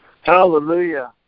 Hallelujah